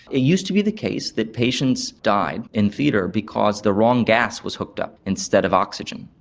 it used to be the case that patients died in theatre because the wrong gas was hooked up instead of oxygen.